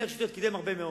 מאיר שטרית קידם הרבה מאוד.